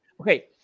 okay